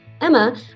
Emma